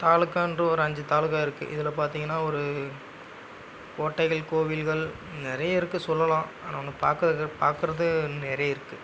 தாலுகான்ற ஒரு அஞ்சு தாலுக்கா இருக்கு இதில் பார்த்திங்கனா ஒரு கோட்டைகள் கோவில்கள் நிறைய இருக்கு சொல்லலாம் ஆனால் இன்னும் பார்க்குற பார்க்குறது நிறைய இருக்கு